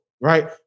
right